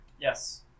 Yes